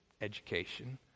education